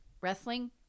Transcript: wrestling